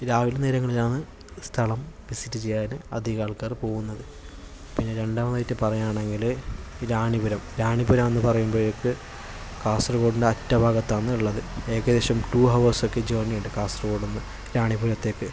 രാവിലെ നേരങ്ങളിലാണ് സ്ഥലം വിസിറ്റ് ചെയ്യാന് അധികം ആൾക്കാര് പോകുന്നത് പിന്നെ രണ്ടാമതായിട്ട് പറയുകയാണെങ്കില് റാണിപുരം റാണിപുരം എന്ന് പറയുമ്പോഴേക്ക് കാസർഗൊഡിൻ്റെ അറ്റ ഭാഗത്താണ് ഉള്ളത് ഏകദേശം ടു അവേഴ്സൊക്കെ ജേണി ഉണ്ട് കാസർഗോഡ് നിന്ന് റാണിപുരത്തേക്ക്